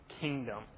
kingdom